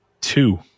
two